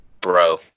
Bro